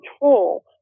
control